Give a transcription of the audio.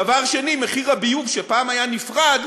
דבר שני, מחיר הביוב, שפעם היה נפרד,